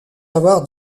avoir